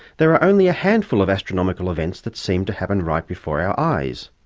there are only a handful of astronomical events that seem to happen right before our eyes.